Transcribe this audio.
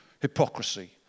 hypocrisy